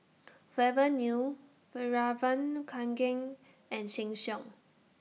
Forever New Fjallraven Kanken and Sheng Siong